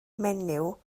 menyw